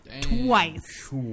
twice